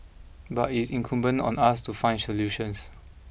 but it is incumbent on us to find solutions